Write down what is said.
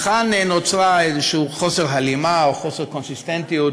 וכאן נוצר איזשהו חוסר הלימה או חוסר קונסיסטנטיות